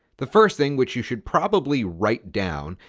the first thing, which you should probably write down,